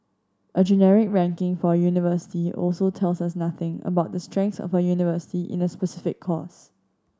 a generic ranking for a university also tell us nothing about the strengths of a university in a specific course